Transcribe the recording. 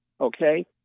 okay